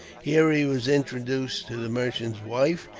here he was introduced to the merchant's wife,